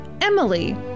Emily